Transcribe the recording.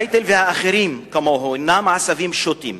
טייטל והאחרים כמוהו אינם עשבים שוטים.